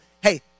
hey